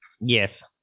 Yes